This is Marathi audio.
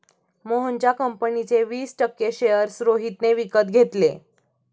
मोहनच्या कंपनीचे वीस टक्के शेअर्स रोहितने विकत घेतले